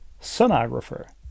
sonographer